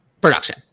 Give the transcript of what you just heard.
production